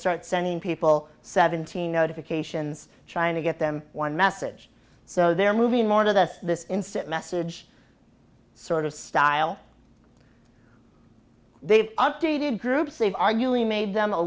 start sending people seventeen notifications trying to get them one message so they're moving more of this this instant message sort of style they've updated groups they've arguing made them a